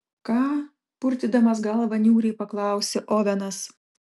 ką purtydamas galvą niūriai paklausė ovenas